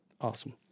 Awesome